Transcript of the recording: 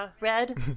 red